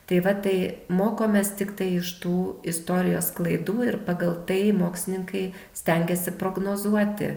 tai va tai mokomės tiktai iš tų istorijos klaidų ir pagal tai mokslininkai stengiasi prognozuoti